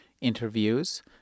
interviews